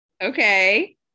Okay